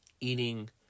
eating